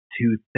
two